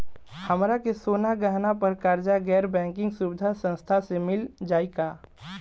हमरा के सोना गहना पर कर्जा गैर बैंकिंग सुविधा संस्था से मिल जाई का?